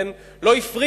כן, לא הפרידו,